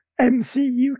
MCU